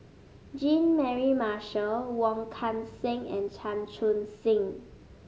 Jean Mary Marshall Wong Kan Seng and Chan Chun Sing